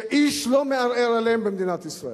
שאיש לא מערער עליהם במדינת ישראל,